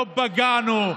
לא פגענו.